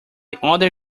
other